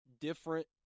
different